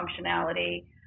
functionality